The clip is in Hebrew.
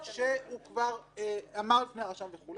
יכול